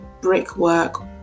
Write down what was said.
brickwork